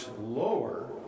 lower